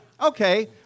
Okay